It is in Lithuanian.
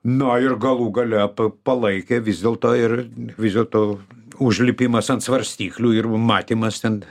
na ir galų gale palaikė vis dėlto ir vis dėlto užlipimas ant svarstyklių ir matymas ten